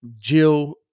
Jill